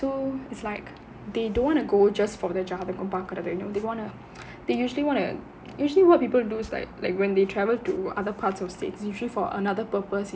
so it's like they don't want to go just for the ஜாதகம் பார்க்குறது:jaathakam paarkkurathu they wanna they usually want to usually what people do is like like when they travel to other parts of states usually for another purpose you know